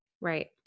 Right